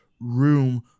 room